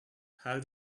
how